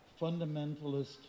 Fundamentalist